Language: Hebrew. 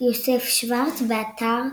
יוסף שורץ, באתר